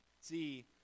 see